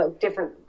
different